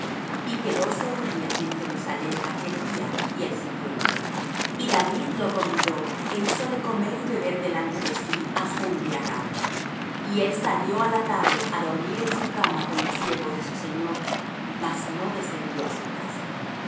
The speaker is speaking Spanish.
y quedóse uría en jerusalem aquel día y el siguiente y david lo convidó é hízole comer y beber delante de sí hasta embriagarlo y él salió á la tarde á dormir en su cama con los siervos de su señor mas no descendió á su casa